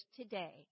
today